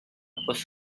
pos